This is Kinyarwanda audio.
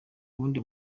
ubundi